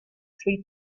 three